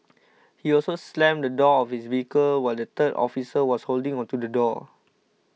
he also slammed the door of his vehicle while the third officer was holding onto the door